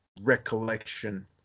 recollection